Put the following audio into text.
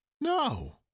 No